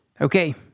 Okay